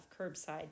curbside